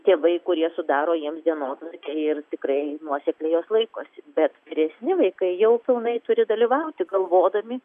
tėvai kurie sudaro jiems dienotvarkę ir tikrai nuosekliai jos laikosi bet vyresni vaikai jau pilnai turi dalyvauti galvodami